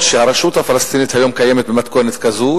שהרשות הפלסטינית היום קיימת במתכונת כזאת,